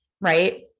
Right